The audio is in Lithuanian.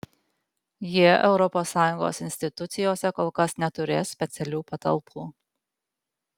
jie europos sąjungos institucijose kol kas neturės specialių patalpų